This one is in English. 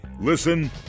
Listen